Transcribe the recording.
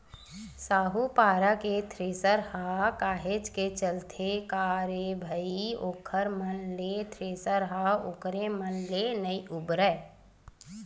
साहूपारा थेरेसर ह काहेच के चलथे का रे भई ओखर मन के थेरेसर ह ओखरे मन ले नइ उबरय